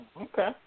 Okay